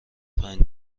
پنج